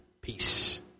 Peace